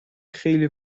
خیلی